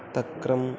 तक्रं